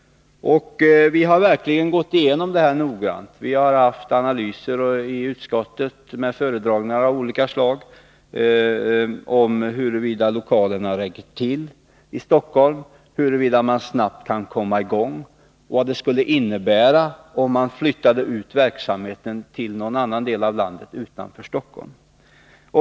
Vi har verkligen gått igenom detta noga. Vi har haft analyser i utskottet med föredragningar av olika slag, om huruvida lokalerna räcker till i Stockholm, huruvida man snabbt kan komma i gång, och vad det skulle innebära om man flyttade ut verksamheten till någon annan del av landet, utanför Stockholm.